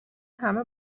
همه